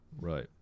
Right